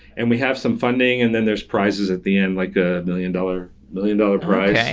and we have some funding, and then there's prices at the end, like a million-dollar million-dollar prize. okay.